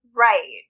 Right